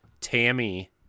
Tammy